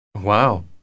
Wow